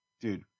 dude